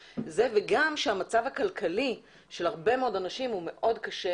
וגם מאחר שהמצב הכלכלי של הרבה מאוד אנשים הוא מאוד קשה